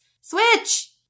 switch